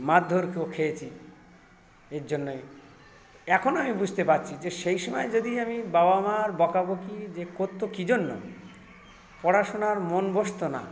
মারধরও খেয়েছি এর জন্যই এখন আমি বুঝতে পারছি সেই সময় যদি আমি বাবা মার বকাবকি যে করত কি জন্য পড়াশোনার মন বসত না